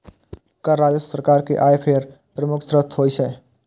कर राजस्व सरकार के आय केर प्रमुख स्रोत होइ छै